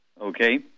Okay